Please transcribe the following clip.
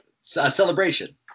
celebration